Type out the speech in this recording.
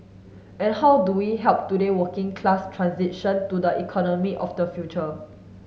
and how do we help today working class transition to the economy of the future